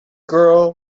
girl